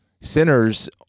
sinners